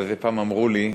אבל על זה פעם אמרו לי: